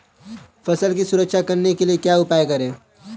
फसलों की सुरक्षा करने के लिए क्या उपाय करें?